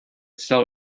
sell